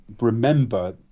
remember